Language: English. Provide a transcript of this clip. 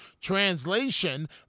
Translation